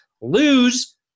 lose